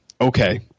okay